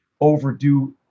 overdue